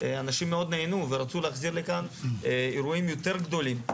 אנשים מאוד נהנו ורצו לחזור לכאן עם אירועים יותר גדולים,